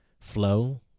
flow